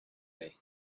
way